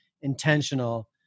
intentional